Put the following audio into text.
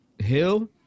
Hill